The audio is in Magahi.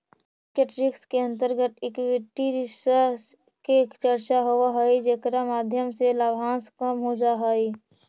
मार्केट रिस्क के अंतर्गत इक्विटी रिस्क के चर्चा होवऽ हई जेकरा माध्यम से लाभांश कम हो जा हई